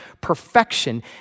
perfection